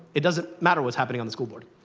it doesn't matter what's happening on the school board.